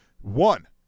One